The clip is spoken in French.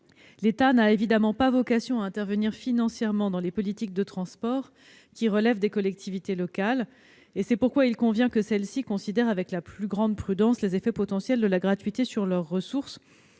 L'État n'a évidemment pas vocation à intervenir financièrement dans les politiques de transport, qui relèvent des collectivités locales. C'est pourquoi il convient que celles-ci considèrent avec la plus grande prudence les effets potentiels de la gratuité sur leurs ressources,